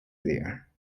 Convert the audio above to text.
there